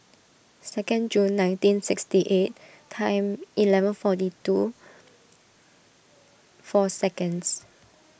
second June nineteen sixty eight time eleven forty two four seconds